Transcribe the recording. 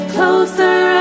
Closer